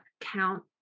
count